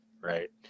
right